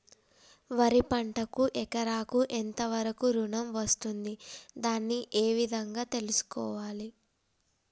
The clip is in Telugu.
వరి పంటకు ఎకరాకు ఎంత వరకు ఋణం వస్తుంది దాన్ని ఏ విధంగా తెలుసుకోవాలి?